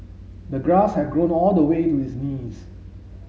the grass had grown all the way to his knees